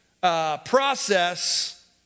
Process